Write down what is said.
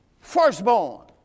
Firstborn